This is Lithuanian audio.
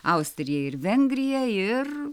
austrija ir vengrija ir